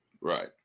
Right